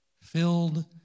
filled